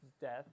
death